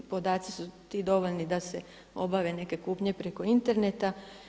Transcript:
Podaci su ti dovoljni da se obave neke kupnje preko interneta.